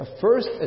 first